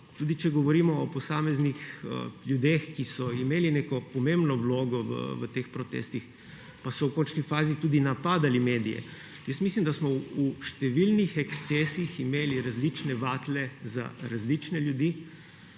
Tudi če govorimo o posameznih ljudeh, ki so imeli neko pomembno vlogo v teh protestih, pa so v končni fazi tudi napadali medije. Mislim, da smo v številnih ekscesih imeli različne vatle za različne ljudi.